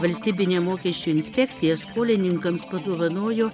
valstybinė mokesčių inspekcija skolininkams padovanojo